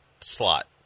slot